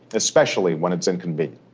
especially when it's inconvenient.